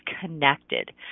connected